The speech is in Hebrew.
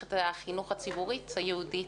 מערכת החינוך הציבורית היהודית,